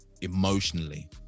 Emotionally